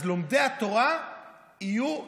לומדי התורה יהיו נבזים.